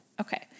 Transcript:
Okay